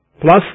plus